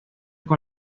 con